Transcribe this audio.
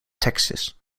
texas